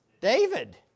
David